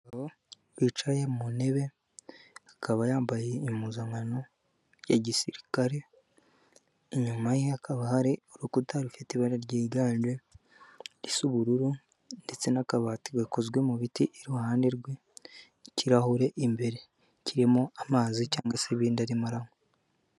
Umugabo wicaye mu ntebe akaba yambaye impuzankano ya gisirikare inyuma ye hakaba hari urukuta rufite ibara ryiganje isa ubururu ndetse n'akabati gakozwe mu biti iruhande rwe'ikirahure imbere kirimo amazi cyangwa se ibindi ari maranywa.